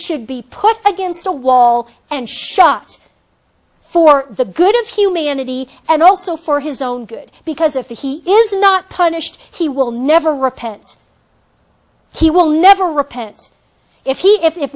should be put against a wall and shot for the good of humanity and also for his own good because if he is not punished he will never repent he will never repent if he if